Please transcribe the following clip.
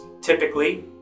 Typically